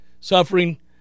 suffering